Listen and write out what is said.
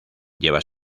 lleva